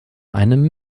einem